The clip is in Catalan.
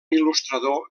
il·lustrador